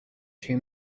two